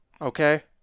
Okay